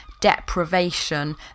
deprivation